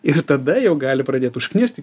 ir tada jau gali pradėt užknisti